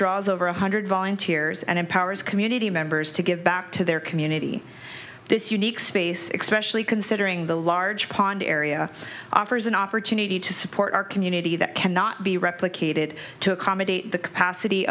draws over one hundred volunteers and empowers community members to give back to their community this unique space expression considering the large pond area offers an opportunity to support our community that cannot be replicated to accommodate the capacity